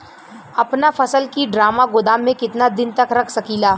अपना फसल की ड्रामा गोदाम में कितना दिन तक रख सकीला?